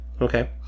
okay